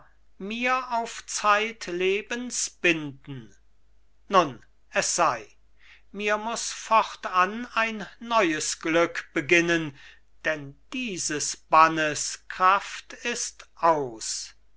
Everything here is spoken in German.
mir auf zeitlebens binden nun es sei mir muß fortan ein neues glück beginnen denn dieses bannes kraft ist aus